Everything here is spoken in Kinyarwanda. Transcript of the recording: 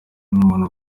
umuntu